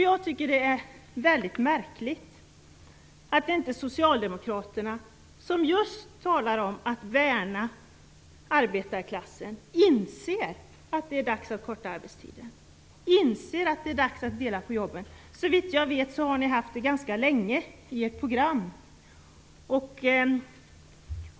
Jag tycker att det är märkligt att inte socialdemokraterna, som just talar om att värna arbetarklassen, inser att det är dags att korta arbetstiden och att dela på jobben. Såvitt jag vet har Socialdemokraterna haft detta ganska länge i sitt program.